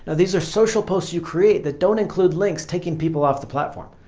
these are social posts you create that don't include links taking people off the platform.